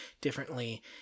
differently